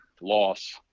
loss